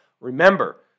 Remember